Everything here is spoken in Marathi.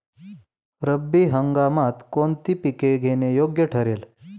रब्बी हंगामात कोणती पिके घेणे योग्य ठरेल?